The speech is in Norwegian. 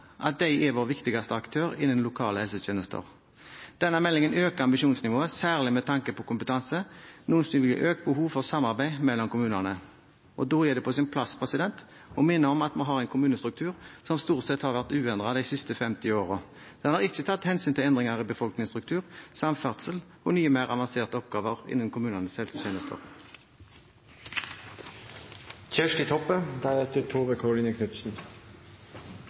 at de er vår viktigste aktør i den lokale helsetjenesten. Denne meldingen øker ambisjonsnivået, særlig med tanke på kompetanse, noe som vil gi økt behov for samarbeid mellom kommunene. Da er det på sin plass å minne om at vi har en kommunestruktur som stort sett har vært uendret de siste 50 årene. Den har ikke tatt hensyn til endringer i befolkningsstruktur, samferdsel og nye, mer avanserte oppgaver innen kommunenes helsetjenester.